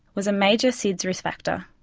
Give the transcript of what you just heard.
was a major sids risk factor.